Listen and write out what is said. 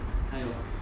!aiyo!